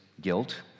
guilt